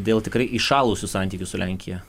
dėl tikrai įšalusių santykių su lenkija